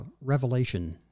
revelation